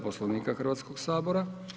Poslovnika Hrvatskog sabora.